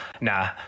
nah